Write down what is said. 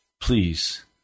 Please